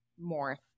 more